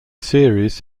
series